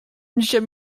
dzisiaj